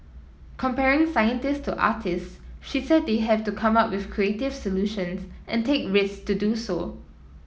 comparing scientist to artist she said they have to come up with creative solutions and take risk to do so